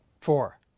Four